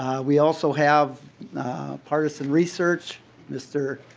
we also have partisan research mr.